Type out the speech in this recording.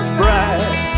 bright